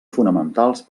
fonamentals